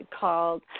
called